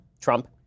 Trump